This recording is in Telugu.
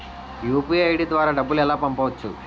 యు.పి.ఐ ఐ.డి ద్వారా డబ్బులు ఎలా పంపవచ్చు?